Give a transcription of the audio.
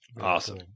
Awesome